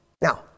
Now